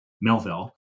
Melville